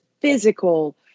physical